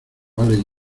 vale